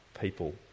people